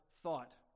thought